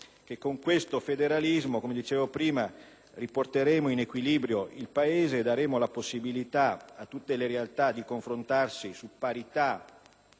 che con questo federalismo riporteremo in equilibrio il Paese e daremo la possibilità a tutte le realtà di confrontarsi su parità